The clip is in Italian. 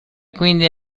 quindi